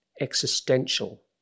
existential